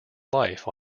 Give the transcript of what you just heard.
life